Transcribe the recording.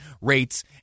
rates